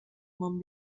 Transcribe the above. món